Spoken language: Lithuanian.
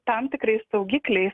tam tikrais saugikliais